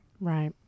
Right